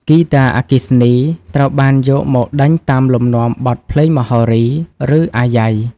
ហ្គីតាអគ្គិសនី ត្រូវបានយកមកដេញតាមលំនាំបទភ្លេងមហោរី ឬអាយ៉ៃ។